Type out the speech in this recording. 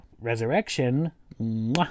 Resurrection